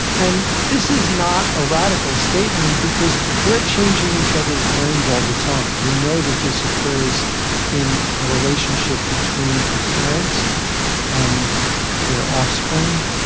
and this is not a radical statement, because we're changing each other's brains all the time. we know that this occurs in a relationship between a parent and their offspring,